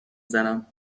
زنم